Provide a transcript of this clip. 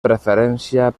preferència